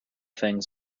things